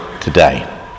today